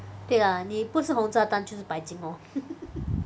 对 lah 你不是红色单就是白金 lor